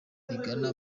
rigana